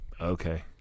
Okay